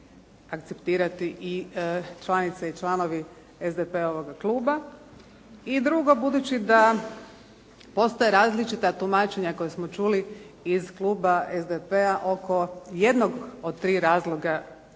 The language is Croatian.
akceptirati i članice i članovi SDP-ovog kluba. I drugo, budući da postoje različita tumačenja koja smo čuli iz Kluba SDP-a od jednog od tri razloga